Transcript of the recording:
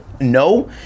No